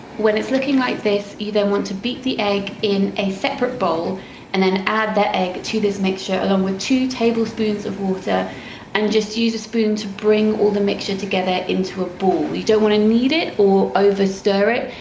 when it's looking like this you want to beat the egg in a separate bowl and then add the egg to this mixture along with two tablespoons of water and just use a spoon to bring all the mixture together into a ball. you don't want to knead it or over-stir it,